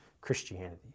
Christianity